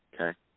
Okay